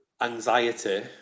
anxiety